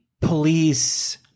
police